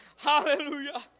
Hallelujah